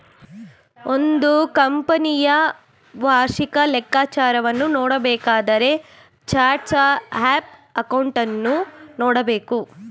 ಒಂದು ಕಂಪನಿಯ ವಾರ್ಷಿಕ ಲೆಕ್ಕಾಚಾರವನ್ನು ನೋಡಬೇಕಾದರೆ ಚಾರ್ಟ್ಸ್ ಆಫ್ ಅಕೌಂಟನ್ನು ನೋಡಬೇಕು